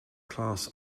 class